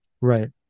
Right